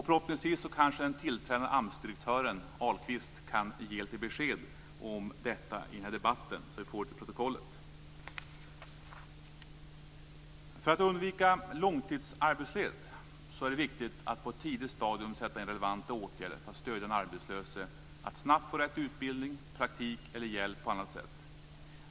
Förhoppningsvis kanske den tillträdande AMS direktören Ahlqvist kan ge lite besked om detta i den här debatten så vi får det till protokollet. För att undvika långtidsarbetslöshet är det viktigt att på ett tidigt stadium sätta in relevanta åtgärder för att stödja den arbetslöse att snabbt få rätt utbildning, praktik eller hjälp på annat sätt.